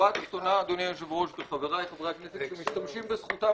היושב-ראש וחבריי חברי הכנסת שמשתמשים בזכותם